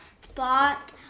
spot